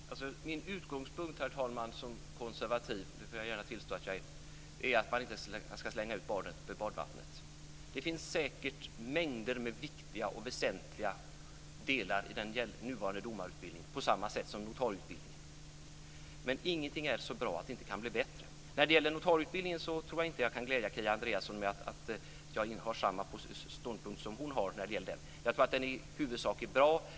Herr talman! Min utgångspunkt som konservativ - jag tillstår gärna att jag är det - är att man inte ska slänga ut barnet med badvattnet. Det finns säkert mängder med viktiga och väsentliga delar i den nuvarande domarutbildningen, på samma sätt som i notarieutbildningen, men ingenting är så bra att det inte kan bli bättre. När det gäller notarieutbildningen kan jag nog inte glädja Kia Andreasson med att jag har samma ståndpunkt som hon har. Jag tror att den i huvudsak är bra.